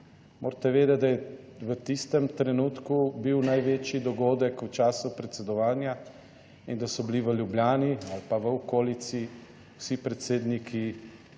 Morate vedeti, da je v tistem trenutku bil največji dogodek v času predsedovanja in da so bili v Ljubljani ali pa v okolici vsi predsedniki